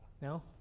No